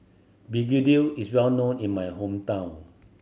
begedil is well known in my hometown